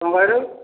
କ'ଣ କହିଲୁ